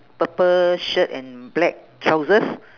purple shirt and black trousers